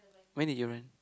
when did you run